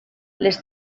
les